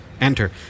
Enter